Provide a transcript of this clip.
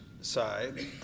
side